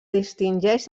distingeix